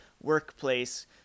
workplace